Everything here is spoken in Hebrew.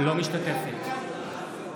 אינה משתתפת בהצבעה